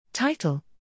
Title